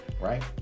right